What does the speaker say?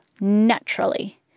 naturally